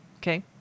Okay